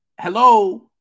Hello